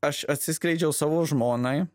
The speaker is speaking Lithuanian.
aš atsiskleidžiau savo žmonai